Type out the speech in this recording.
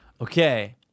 Okay